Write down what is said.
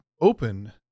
open